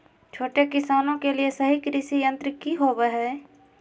छोटे किसानों के लिए सही कृषि यंत्र कि होवय हैय?